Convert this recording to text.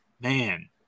man